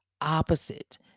opposite